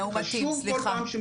מאומתים, סליחה.